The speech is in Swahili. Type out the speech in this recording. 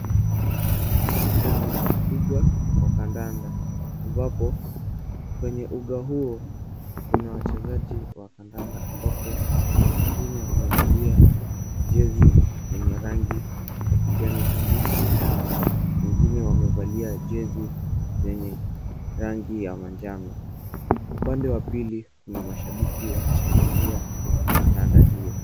Kwenye uga wa kandanda, ambapo kwenye uga huo kuna wachezaji wa kandanda. Ambapo wengine wanavalia jezi yenye rangi ya kijani kibichi na wengine wamevalia jezi zenye rangi ya manjano. Upande wa pili kuna mashabiki wanashangilia kandanda hiyo.